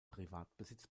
privatbesitz